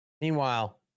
Meanwhile